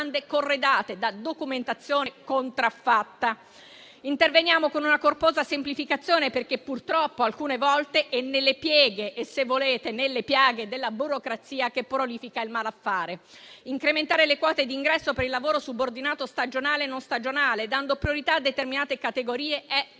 corredate da documentazione contraffatta. Interveniamo con una corposa semplificazione, perché purtroppo alcune volte è nelle pieghe (e, se volete, nelle piaghe) della burocrazia che prolifica il malaffare. Incrementare le quote di ingresso per il lavoro subordinato, stagionale e non stagionale, dando priorità a determinate categorie, è doveroso.